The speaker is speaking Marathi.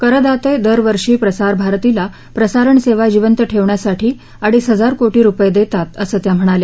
करदाते दरवर्षी प्रसारभारतीला प्रसारण सेवा जिवंत ठेवण्यासाठी अडीच हजार कोटी रुपये देतात असं त्या म्हणाल्या